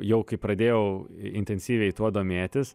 jau kai pradėjau intensyviai tuo domėtis